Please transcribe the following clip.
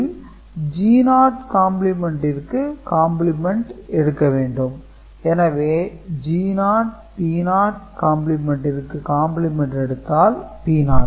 இதில் G0 கம்பிளிமேண்டிற்கு complement எடுக்க வேண்டும் எனவே G0 P0 கம்பிளிமேண்டிற்கு கம்பிளிமெண்ட் எடுத்தால் P0